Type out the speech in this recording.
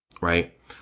right